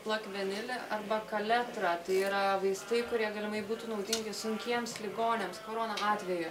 plakvenilį arba kaletrą tai yra vaistai kurie galimai būtų naudingi sunkiems ligoniams korona atveju